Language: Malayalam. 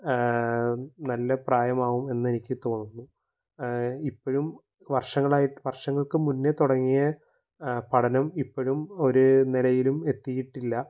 നല്ല പ്രായമാകും എന്നെനിക്ക് തോന്നുന്നു ഇപ്പോഴും വർഷങ്ങളായിട്ട് വർഷങ്ങൾക്ക് മുന്നെ തുടങ്ങിയ പഠനം ഇപ്പോഴും ഒരു നിലയിലും എത്തിയിട്ടില്ല